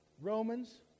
Romans